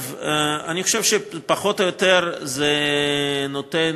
אני חושב שפחות או יותר זה נותן,